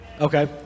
Okay